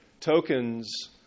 tokens